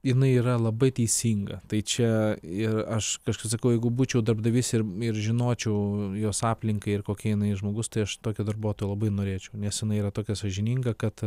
jinai yra labai teisinga tai čia ir aš kažką sakau jeigu būčiau darbdavys ir ir žinočiau jos aplinką ir kokia jinai žmogus tai aš tokio darbuotojo labai norėčiau nes jinai yra tokia sąžininga kad